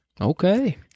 Okay